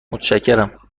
متشکرم